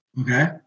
Okay